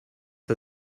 der